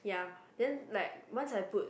ya then like once I put